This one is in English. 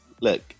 Look